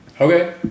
Okay